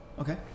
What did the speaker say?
Okay